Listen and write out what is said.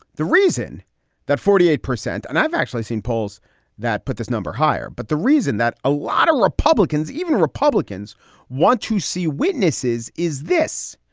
the reason that forty eight percent and i've actually seen polls that put this number higher, but the reason that a lot of republicans, even republicans want to see witnesses is this.